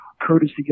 courtesy